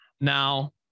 Now